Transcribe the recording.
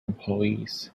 employees